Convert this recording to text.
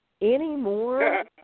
anymore